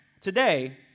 today